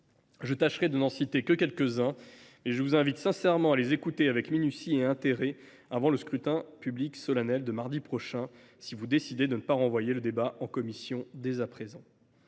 Je tâcherai de n’en citer que quelques uns, mais je vous invite sincèrement à les écouter avec intérêt avant le scrutin public solennel de mardi prochain, mes chers collègues, si vous décidez de ne pas renvoyer le débat en commission dès à présent.